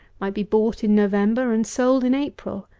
might be bought in november and sold in april,